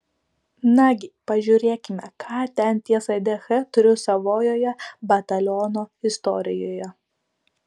nagi pažiūrėkime ką ten ties raide ch turiu savojoje bataliono istorijoje